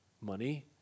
money